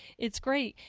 it's great.